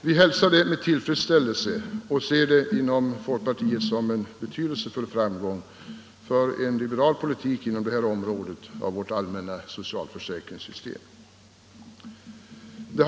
Vi hälsar det med tillfredsställelse, och ser det inom folkpartiet som en betydelsefull framgång för liberal politik inom detta område av vårt allmänna socialförsäkringssystem.